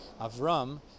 Avram